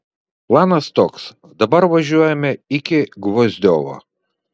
planas toks dabar važiuojame iki gvozdiovo